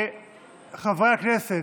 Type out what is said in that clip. חברי הכנסת.